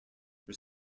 were